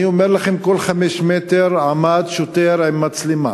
אני אומר לכם, כל חמישה מטרים עמד שוטר עם מצלמה,